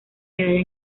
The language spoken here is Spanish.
medalla